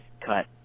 cut